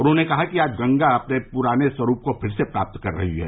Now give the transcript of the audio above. उन्होंने कहा कि आज गंगा अपने पुराने स्वरूप को फिर से प्राप्त कर रही है